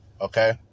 okay